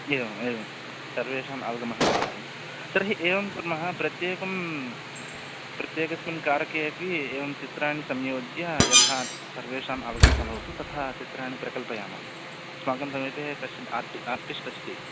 एवम् एवं सर्वेषाम् अवगमः भवति तर्हि एवं कुर्मः प्रत्येकं प्रत्येकस्मिन् कारके अपि एवं चित्राणि संयोज्य यथा सर्वेषाम् अवगमः भवतु तथा चित्राणि प्रकल्पयामः अस्माकं समीपे कश्चिद् आर्टि आर्टिस्ट् अस्ति